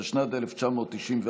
התשנ"ד 1994,